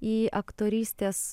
į aktorystės